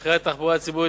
מחירי התחבורה הציבורית,